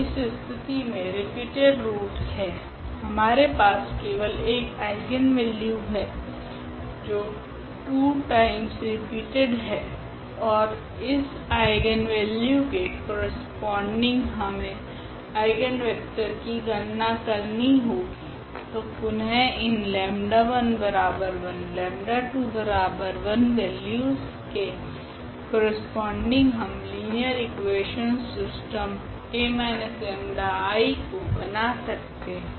तो इस स्थिति मे रिपीटेड़ रूट है हमारे पास केवल एक आइगनवेल्यू है जो 2 टाइमस रिपीटेड़ है ओर इस आइगनवेल्यू के करस्पोंडिंग हमे आइगनवेक्टर की गणना करनी होगी॥ तो पुनः इन 𝜆11 𝜆21 वैल्यूस के करस्पोंडिंग हम लिनियर इकुवेशनस सिस्टम 𝐴−𝜆𝐼 को बना सकते है